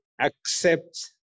accept